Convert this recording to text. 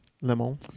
Lemon